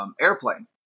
airplane